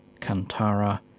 Kantara